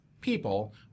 people